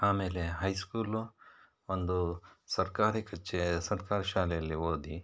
ಆಮೇಲೆ high school ಒಂದು ಸರ್ಕಾರಿ ಕಚೇ ಸರ್ಕಾರಿ ಶಾಲೆಯಲ್ಲಿ ಓದಿ